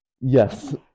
Yes